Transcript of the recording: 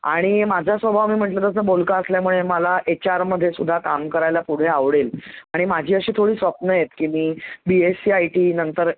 आणि माझा स्वभाव मी म्हटलं तसं बोलका असल्यामुळे मला एच आरमध्ये सुद्धा काम करायला पुढे आवडेल आणि माझी अशी थोडी स्वप्न आहेत की मी बीएससी आय टीनंतर